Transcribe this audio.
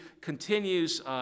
continues